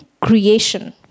creation